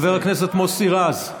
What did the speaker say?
חבר הכנסת מוסי רז,